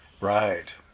Right